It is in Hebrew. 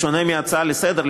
בשונה מהצעה לסדר-היום,